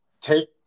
take